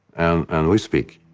and and we speak